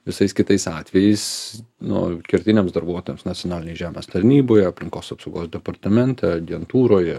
visais kitais atvejais nu kertiniams darbuotojams nacionalinėj žemės tarnyboje aplinkos apsaugos departamente agentūroje